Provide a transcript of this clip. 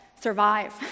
Survive